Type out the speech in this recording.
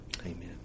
Amen